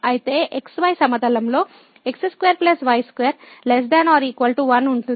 అయితే xy సమతలంలో x2 y2 ≤ 1 ఉంటుంది